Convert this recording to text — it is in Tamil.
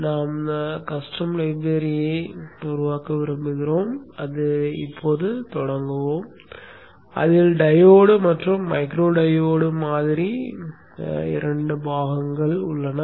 நாம் கஸ்டம் லைப்ரரி சேர்க்க விரும்புகிறோம் அது இப்போது தொடங்கும் அதில் டையோடு மற்றும் மேக்ரோ டையோடு மாதிரி இரண்டு பாகங்கள் உள்ளன